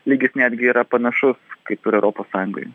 lygis netgi yra panašus kaip ir europos sąjungoj